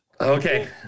Okay